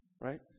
right